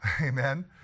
amen